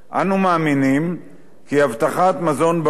אנו מאמינים כי הבטחת מזון בריא,